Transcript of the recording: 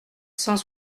cent